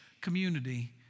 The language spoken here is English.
community